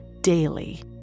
daily